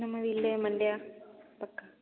ನಮ್ಮದು ಇಲ್ಲೇ ಮಂಡ್ಯ ಪಕ್ಕ